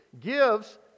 gives